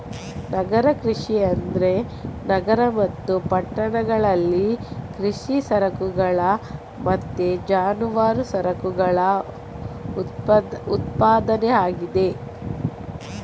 ನಗರ ಕೃಷಿ ಅಂದ್ರೆ ನಗರ ಮತ್ತು ಪಟ್ಟಣಗಳಲ್ಲಿ ಕೃಷಿ ಸರಕುಗಳ ಮತ್ತೆ ಜಾನುವಾರು ಸರಕುಗಳ ಉತ್ಪಾದನೆ ಆಗಿದೆ